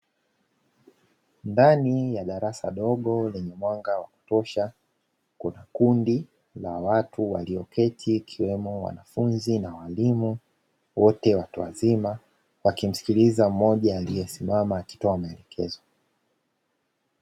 Ndani ya darasa dogo lenye mwanga wa kutosha. Kuna kundi la watu walioketi ikiwemo wanafunzi na walimu wote watu wazima. Wakimsilikiza mmoja aliyesimama akito maelekezo.